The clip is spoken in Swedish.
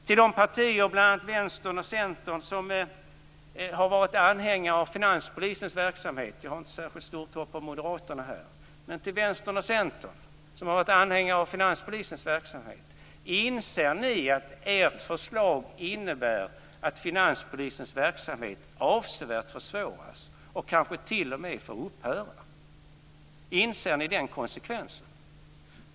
Till de partier, bl.a. Vänstern och Centern, som har varit anhängare av finanspolisens verksamhet - jag har inte särskilt stor hopp om moderaterna - vill jag fråga: Inser ni att ert förslag innebär att finanspolisens verksamhet avsevärt försvåras och kanske t.o.m. får upphöra? Inser ni den konsekvensen?